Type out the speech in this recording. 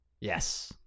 Yes